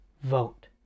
vote